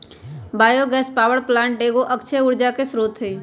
bio gas power plant एगो अक्षय ऊर्जा के स्रोत हइ